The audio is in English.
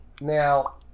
Now